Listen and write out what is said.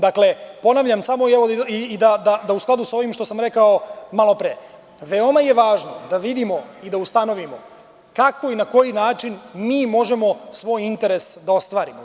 Dakle, ponavljam samo, da u skladu sa ovim što sam rekao malo pre, veoma je važno da vidimo i da ustanovimo, kako i na koji način mi možemo svoj interes da ostvarimo.